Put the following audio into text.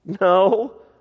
No